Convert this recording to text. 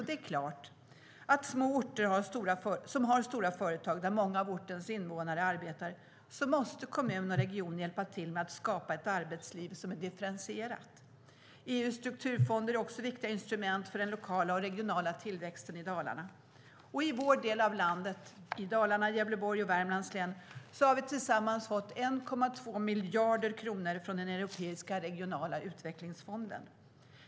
Det är klart att på små orter som har stora företag där många av ortens invånare arbetar måste kommun och region hjälpa till med att skapa ett arbetsliv som är differentierat. EU:s strukturfonder är också viktiga instrument för den lokala och regionala tillväxten i Dalarna. Och i vår del av landet - Dalarnas, Gävleborgs och Värmlands län - har vi tillsammans fått 1,2 miljarder kronor från den europeiska regionala utvecklingsfonden.